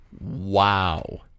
Wow